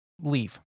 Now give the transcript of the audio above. leave